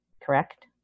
correct